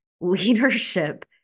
leadership